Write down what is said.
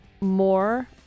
more